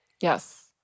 Yes